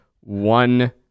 one